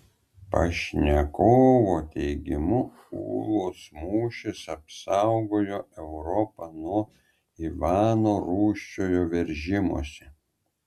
pašnekovo teigimu ūlos mūšis apsaugojo europą nuo ivano rūsčiojo veržimosi